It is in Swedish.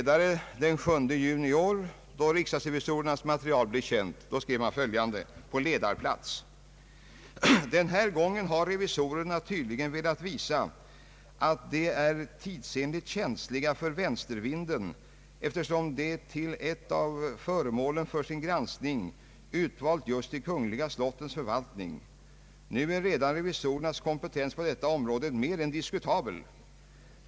Den 7 juni i år, då riksdagsrevisorernas material blev känt, skrev Svenska Dagbladet följande på ledarplats: »Den här gången har revisorerna tydligen velat visa att de är tidsenligt känsliga för vänstervinden eftersom de till ett av föremålen för sin granskning utvalt just de kungliga slottens förvaltning. Nu är redan revisorernas kompetens på detta område mer än diskutabel.